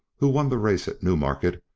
who won the race at newmarket,